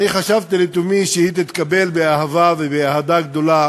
אני חשבתי לתומי שהיא תתקבל באהבה ובאהדה גדולה.